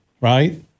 right